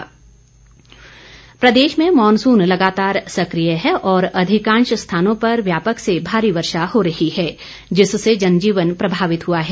मौसम प्रदेश में मॉनसून लगातार सकिय है और अधिकांश स्थानों पर व्यापक से भारी वर्षा हो रही है जिससे जनजीवन प्रभावित हुआ है